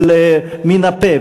אבל מן הפה,